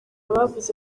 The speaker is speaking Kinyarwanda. bavuze